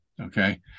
Okay